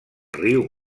riu